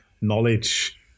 knowledge